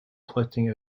collecting